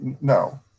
no